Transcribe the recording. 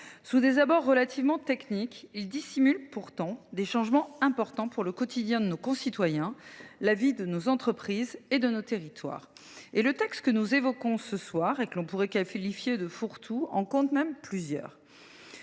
Sous des abords relativement techniques, ces textes dissimulent des changements importants pour le quotidien de nos concitoyens, la vie de nos entreprises et de nos territoires. Le projet de loi dont nous débattons ce soir, et que l’on pourrait qualifier de fourre tout, contient même plusieurs